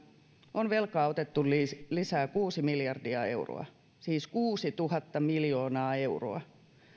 on velkaa otettu lisää kuusi miljardia euroa siis kuusituhatta miljoonaa euroa